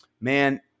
man